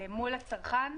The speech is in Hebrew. מול הצרכן,